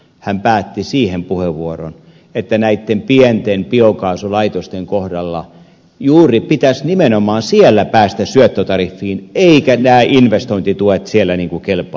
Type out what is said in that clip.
hän päätti siihen puheenvuoronsa että näitten pienten biokaasulaitosten kohdalla juuri siellä pitäisi nimenomaan päästä syöttötariffiin eivätkä nämä investointituet siellä kelpaa